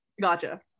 Gotcha